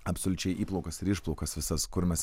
absoliučiai įplaukas ir išplaukas visas kur mes